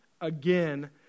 again